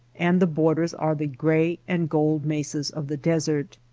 and the borders are the gray and gold mesas of the desert.